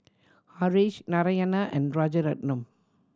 Haresh Narayana and Rajaratnam